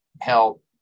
help